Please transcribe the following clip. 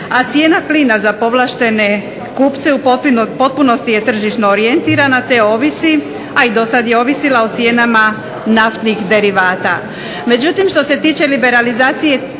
A cijena plina za povlaštene kupce u potpunosti je tržišno orijentirana, te ovisi a i do sad je ovisila o cijenama naftnih derivata.